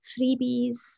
freebies